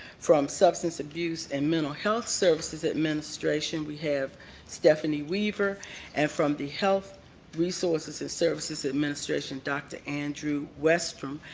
from substance abuse and mental health services administration we have stephanie weaver and from the health resources and services administration dr. andrew westrum.